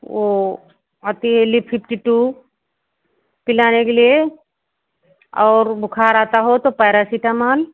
वो आती है ली फिफ्टी टू पिलाने के लिए और बुख़ार आता हो तो पैरासिटामाल